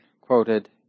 quoted